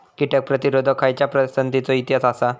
कीटक प्रतिरोधक खयच्या पसंतीचो इतिहास आसा?